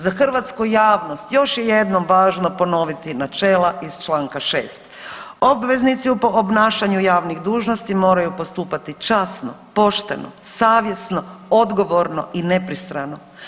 Za hrvatsku javnost još je jednom važno ponoviti načela iz čl. 6, obveznici u obnašanju javnih dužnosti moraju postupati časno, pošteno, savjesno, odgovorno i nepristrano.